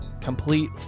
complete